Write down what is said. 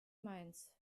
mainz